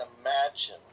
imagine